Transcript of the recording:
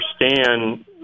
understand